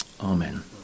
Amen